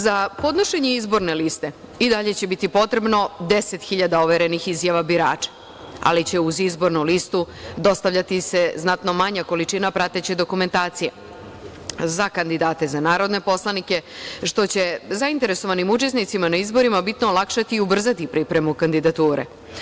Za podnošenje izborne liste i dalje će biti potrebno 10 hiljada overenih izjava birača, ali će se uz izbornu listu dostavljati znatno manja količina prateće dokumentacije za kandidate za narodne poslanike, što će zainteresovanim učesnicima na izborima bitno olakšati i ubrzati pripremu kandidature.